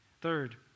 Third